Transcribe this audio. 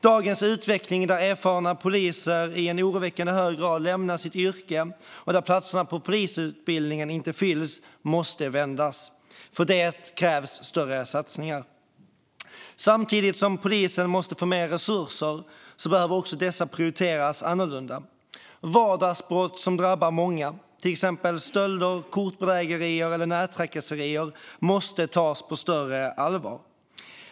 Dagens utveckling, där erfarna poliser i oroväckande hög grad lämnar sitt yrke och där platserna på polisutbildningen inte fylls, måste vändas. För detta krävs större satsningar. Samtidigt som polisen måste få mer resurser behöver dessa prioriteras annorlunda. Vardagsbrott som drabbar många, till exempel stölder, kortbedrägerier eller nättrakasserier, måste tas på större allvar.